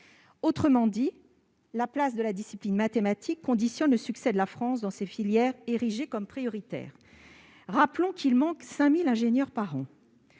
Autrement dit, la place de la discipline mathématique conditionne le succès de la France dans ces filières, érigées comme prioritaires. Rappelons qu'il manque 5 000 ingénieurs par an.